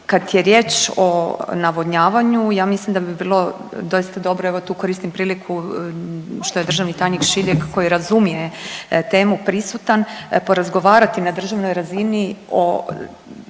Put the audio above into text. Kad je riječ o navodnjavanju ja mislim da bi bilo doista dobro, evo tu koristim priliku što je državni tajnik Šiljeg koji razumije temu prisutan, porazgovarati na državnoj razini o